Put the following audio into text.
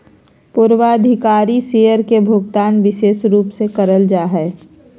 पूर्वाधिकारी शेयर के भुगतान विशेष रूप से करल जा हय